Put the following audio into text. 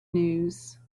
news